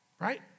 right